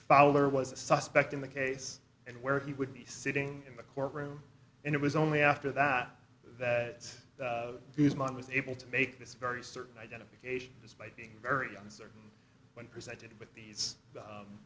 fowler was a suspect in the case and where he would be sitting in the courtroom and it was only after that that his mind was able to make this very certain identification despite being very uncertain when presented with these